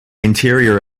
interior